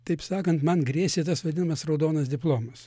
taip sakant man grėsė tas vadinamas raudonas diplomas